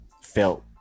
felt